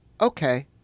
okay